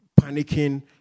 panicking